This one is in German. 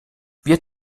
wir